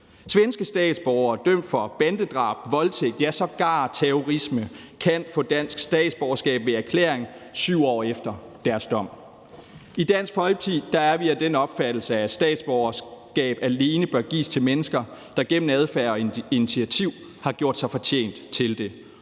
Svenske statsborgere dømt for bandedrab, voldtægt, ja, sågar terrorisme kan få dansk statsborgerskab ved erklæring 7 år efter deres dom. I Dansk Folkeparti er vi af den opfattelse, at statsborgerskab alene bør gives til mennesker, der gennem adfærd og initiativ har gjort sig fortjent til det,